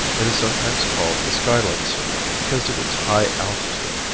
it is sometimes called the skylight city because of its high altitude,